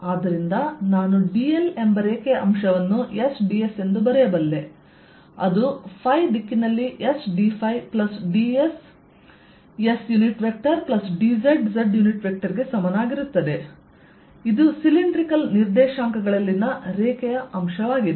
ಆದ್ದರಿಂದ ನಾನು dl ಎಂಬ ರೇಖೆಯ ಅಂಶವನ್ನು sds ಎಂದು ಬರೆಯಬಲ್ಲೆ ಅದು ದಿಕ್ಕಿನಲ್ಲಿ s d plus ds s plus dz z ಗೆ ಸಮನಾಗಿರುತ್ತದೆ ಇದು ಸಿಲಿಂಡ್ರಿಕಲ್ ನಿರ್ದೇಶಾಂಕಗಳಲ್ಲಿನ ರೇಖೆಯ ಅಂಶವಾಗಿದೆ